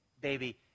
baby